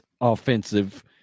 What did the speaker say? offensive